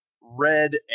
red